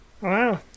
Wow